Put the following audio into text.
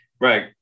right